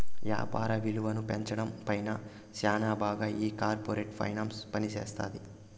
యాపార విలువను పెంచడం పైన శ్యానా బాగా ఈ కార్పోరేట్ ఫైనాన్స్ పనిజేత్తది